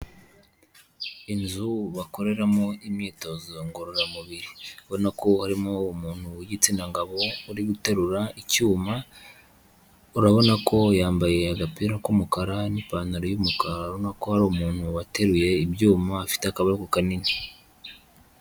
Inzu bakoreramo imyitozo ngororamubiri ubona ko harimo umuntu w'igitsina gabo uri guterura icyuma, urabona ko yambaye agapira k'umukara n'ipantaro y'umukara, urabona ko ari umuntu wateruye ibyuma afite akaboko kanini.